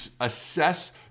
assess